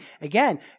Again